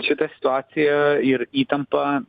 šita situacija ir įtampa